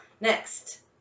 Next